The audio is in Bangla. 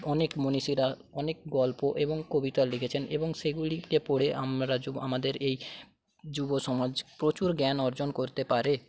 অনেক মণীষীরা অনেক গল্প এবং কবিতা লিখেছেন এবং সেগুলিকে পড়ে আমরা আমাদের এই যুবসমাজ প্রচুর জ্ঞান অর্জন করতে পারে